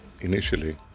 initially